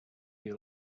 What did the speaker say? you